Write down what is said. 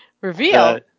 Reveal